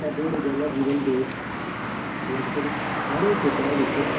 ਸਾਡੇ ਰੋਜ਼ਾਨਾ ਜੀਵਨ ਦੇ ਲਗਭਗ ਸਾਰੇ ਖੇਤਰਾਂ ਵਿੱਚ